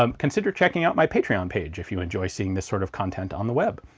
um consider checking out my patreon um page, if you enjoy seeing this sort of content on the web.